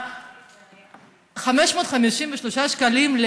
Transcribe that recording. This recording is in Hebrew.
553 שקלים,